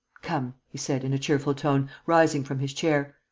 come, he said, in a cheerful tone, rising from his chair,